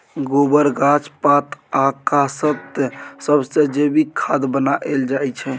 गोबर, गाछ पात आ कासत सबसँ जैबिक खाद बनाएल जाइ छै